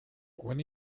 when